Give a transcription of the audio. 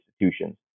institutions